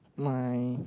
my